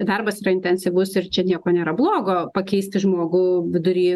darbas yra intensyvus ir čia nieko nėra blogo pakeisti žmogų vidury